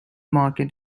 market